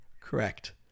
Correct